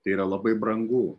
tai yra labai brangu